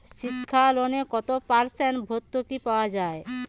শিক্ষা লোনে কত পার্সেন্ট ভূর্তুকি পাওয়া য়ায়?